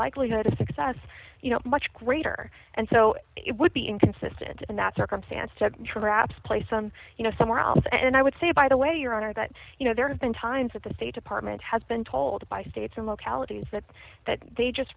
likelihood of success you know much greater and so it would be inconsistent and that circumstance to traps play some you know somewhere else and i would say by the way your honor but you know there have been times that the state department has been told by states and localities that they just